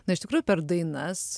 na iš tikrųjų per dainas